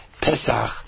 Pesach